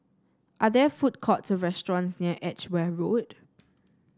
are there food courts or restaurants near Edgware Road